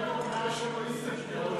שלוש דקות.